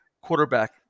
quarterback